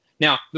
Now